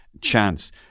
chance